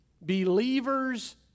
believers